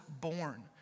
born